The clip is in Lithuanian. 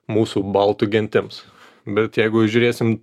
mūsų baltų gentims bet jeigu žiūrėsim